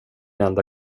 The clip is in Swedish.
enda